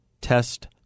test